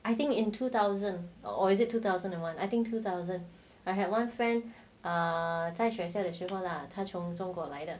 I think in two thousand or is it two thousand and one I think two thousand I had one friend err 在学校的时候 lah 他从中国来的